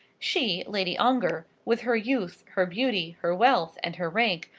she, lady ongar, with her youth, her beauty, her wealth, and her rank,